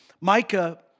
Micah